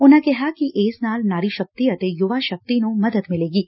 ਉਨੁਾਂ ਕਿਹਾ ਕਿ ਇਸ ਨਾਲ ਨਾਰੀ ਸ਼ਕਤੀ ਅਤੇ ਯੁਵਾ ਸੱਕਤੀ ਨੂੰ ਮਦਦ ਮਿਲੇਗੀ